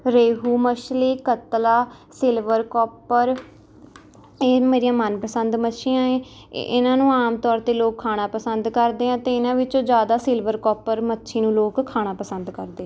ਰੇਹੂ ਮਛਲੀ ਕਤਲਾ ਸਿਲਵਰ ਕੋਪਰ ਇਹ ਮੇਰੀਆਂ ਮਨਪਸੰਦ ਮੱਛੀਆਂ ਏ ਇ ਇਹਨਾਂ ਨੂੰ ਆਮ ਤੌਰ 'ਤੇ ਲੋਕ ਖਾਣਾ ਪਸੰਦ ਕਰਦੇ ਹੈ ਅਤੇ ਇਹਨਾਂ ਵਿਚੋਂ ਜ਼ਿਆਦਾ ਸਿਲਵਰ ਕੋਪਰ ਮੱਛੀ ਨੂੰ ਲੋਕ ਖਾਣਾ ਪਸੰਦ ਕਰਦੇ